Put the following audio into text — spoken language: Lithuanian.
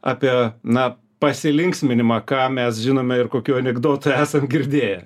apie na pasilinksminimą ką mes žinome ir kokių anekdotų esam girdėję